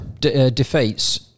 defeats